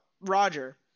Roger